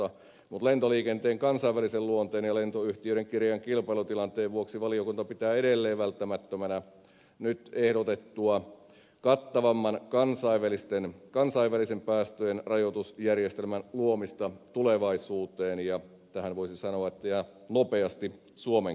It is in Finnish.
mutta lentoliikenteen kansainvälisen luonteen ja lentoyhtiöiden kireän kilpailutilanteen vuoksi valiokunta pitää edelleen välttämättömänä nyt ehdotettua kattavamman kansainvälisen päästöjen rajoitusjärjestelmän luomista tulevaisuuteen ja tähän voisi sanoa nopeasti suomen kannalta